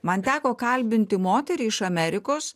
man teko kalbinti moterį iš amerikos